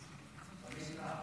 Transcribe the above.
החליף.